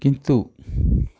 କିନ୍ତୁ